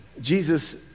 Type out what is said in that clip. Jesus